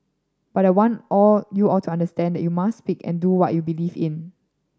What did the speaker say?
but I want all you all to understand that you must speak and do what you believe in